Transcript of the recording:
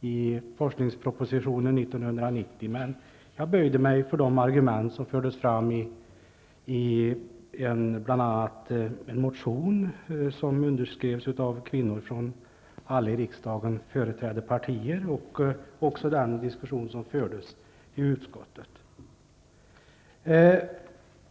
i forskningspropositionen 1990. Men jag böjde mig för de argument som fördes fram, bl.a. i en motion som undertecknades av kvinnor från alla i riksdagen företrädda partier, och i diskussionen i utskottet.